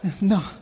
No